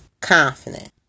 confident